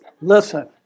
listen